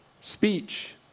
Speech